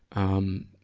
um,